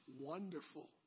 wonderful